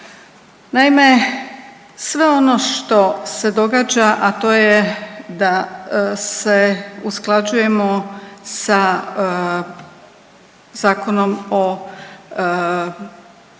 Naime, sve ono što se događa, a to je da se usklađujemo sa Zakonom o uvođenju